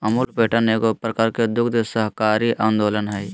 Amul pattern एगो प्रकार के दुग्ध सहकारी आन्दोलन हइ